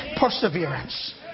perseverance